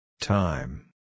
Time